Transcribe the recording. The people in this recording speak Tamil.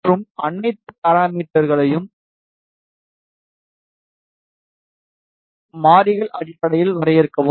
மற்றும் அனைத்து பாராமீட்டர்களையும் மாறிகள் அடிப்படையில் வரையறுக்கவும்